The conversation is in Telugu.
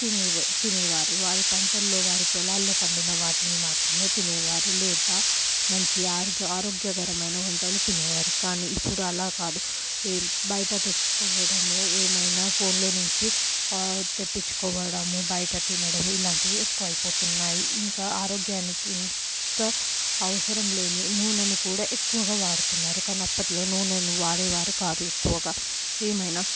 తినేవా తినేవారు వారి పంటల్లో వారి పొలాల్లో పండిన వాటిని మాత్రమే తినేవారు లేదా మంచి ఆరో ఆరోగ్యకరమైన వంటలు తినేవారు కానీ ఇప్పుడు అలా కాదు ఏం బయట తెచ్చుకోవడము ఏమైనా ఫోన్లో నుంచి తెప్పించుకోవడము బయట తినడము ఇలాంటివి ఎక్కువ అయిపోతున్నాయి ఇంకా ఆరోగ్యానికి ఎంతో అవసరం లేని నూనెని కూడా ఎక్కువగా వాడుతున్నారు కానీ అప్పట్లో నూనెను వాడేవారు కాదు ఎక్కువగా ఏమైనా